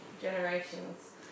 generations